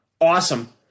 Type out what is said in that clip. Awesome